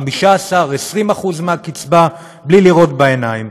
15%, 20% מהקצבה, בלי לראות בעיניים.